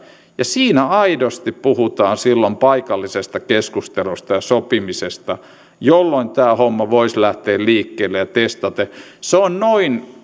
ja siinä aidosti puhutaan silloin paikallisesta keskustelusta ja sopimisesta jolloin tämä homma voisi lähteä liikkeelle testaten se on noin